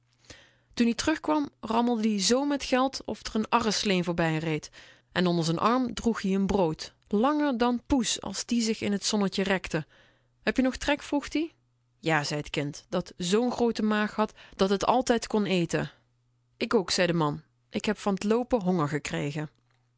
toen-ie terug kwam rammelde ie zoo met geld of r n arreslee voorbij reed en onder z'n arm droeg ie n brood langer dan poes als ze zich in t zonnetje rekte heb je nog trek vroeg-ie ja zei t kind dat n z groote maag had dat t altijd kon eten ik ook zei de man ik heb van t loopen honger gekregen